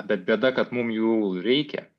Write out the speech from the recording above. bet bėda kad mum jų reikia